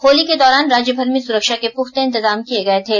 होली के दौरान राज्यभर में सुरक्षा के पुख्ता इतजाम किये गये थे